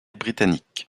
britannique